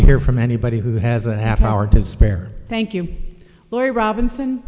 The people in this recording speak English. to hear from anybody who has a half hour to spare thank you laurie robinson